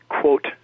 quote